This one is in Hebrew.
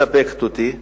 שמספקת אותי חלקית.